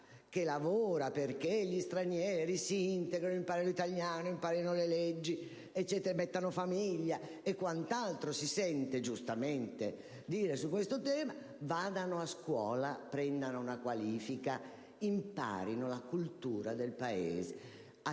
comunità che gli stranieri si integrino, imparino l'italiano, imparino le leggi, mettano su famiglia (e quant'altro si sente giustamente dire su questo tema), vadano a scuola, prendano una qualifica, imparino la cultura del Paese.